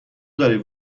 دلیل